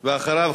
ואחריו,